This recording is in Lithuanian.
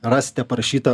rasite parašyta